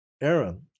Aaron